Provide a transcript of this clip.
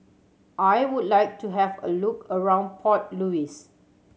I would like to have a look around Port Louis